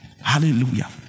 hallelujah